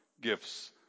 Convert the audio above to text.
gifts